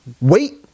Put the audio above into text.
Wait